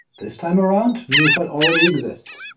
this time around, newfile already exists,